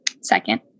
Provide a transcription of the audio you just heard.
Second